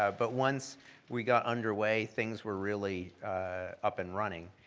ah but once we got underway things were really up and running.